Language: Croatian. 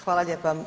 Hvala lijepa.